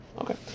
Okay